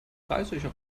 dreißig